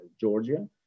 Georgia